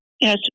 yes